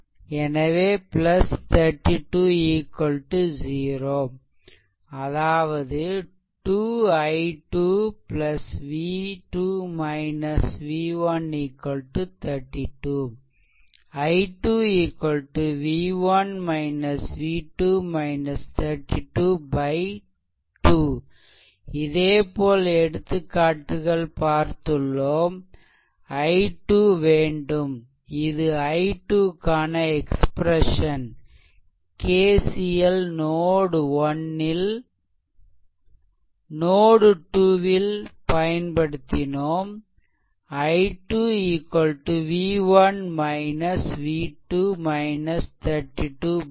எனவே 32 0 அதாவது 2I2 v2 v132 i2 2 இதேபோல் எடுத்துக்காட்டுகள் பார்த்துள்ளோம் i2 வேண்டும்இது i2 க்கான எக்ஸ்ப்ரெசன் KCL நோட்1 நோட்2 ல் பயன்படுத்தினோம் i2 v1 v2 32 2